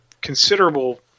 considerable